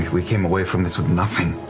we came away from this with nothing.